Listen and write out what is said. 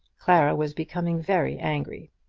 clara was becoming very angry.